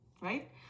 right